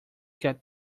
get